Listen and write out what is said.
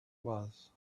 was